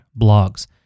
blogs